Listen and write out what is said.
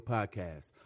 Podcast